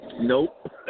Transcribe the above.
Nope